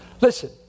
Listen